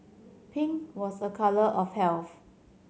pink was a colour of health